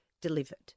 Delivered